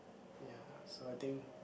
ya so I think